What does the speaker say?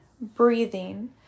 breathing